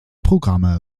programme